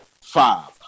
five